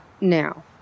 Now